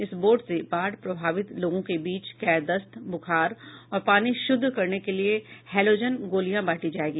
इस बोट से बाढ़ प्रभावित लोगों के बीच कै दस्त बुखार और पानी शुद्ध करने के लिए हैलोजन गोलियां बांटी जायेंगी